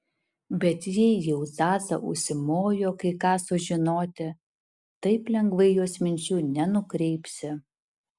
bet jei jau zaza užsimojo kai ką sužinoti taip lengvai jos minčių nenukreipsi